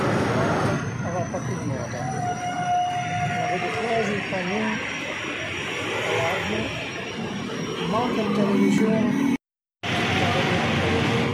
La cravata a va papi dë moda, n'a vedu cuazi pa gnün ch'al l'abiu, mach ën televiziun n'a vëdde cuaidün